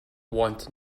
want